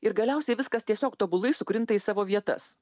ir galiausiai viskas tiesiog tobulai sukrinta į savo vietas